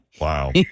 Wow